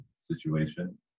situation